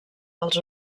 dels